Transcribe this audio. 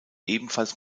ebenfalls